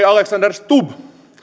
alexander stubb